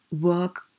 work